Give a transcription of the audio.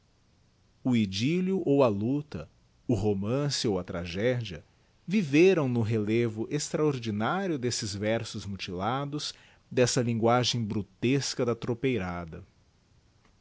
o idyllio ou a luta o romance ou a tragedia viveram no relevo extraordinário desses versos mutilados dessa linguagem brutesca da tropeirada